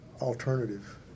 alternative